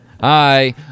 Hi